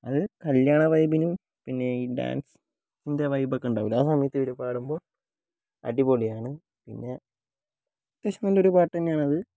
അത് കല്യാണവൈബിനും പിന്നെ ഈ ഡാൻസ്ൻറ്റെ വൈബ് ഒക്കെ ഉണ്ടാവുമല്ലോ ആ സമയത്ത് ഇവർ പാടുമ്പോൾ അടിപൊളിയാണ് പിന്നെ അത്യാവശ്യം നല്ലൊരു പാട്ട് തന്നെയാണ് അത്